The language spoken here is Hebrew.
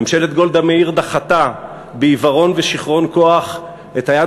ממשלת גולדה מאיר דחתה בעיוורון ושיכרון כוח את היד